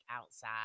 outside